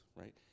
right